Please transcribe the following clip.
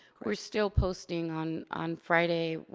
we're still posting on on friday.